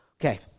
Okay